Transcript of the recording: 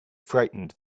frightened